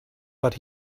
but